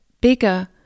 bigger